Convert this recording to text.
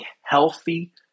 healthy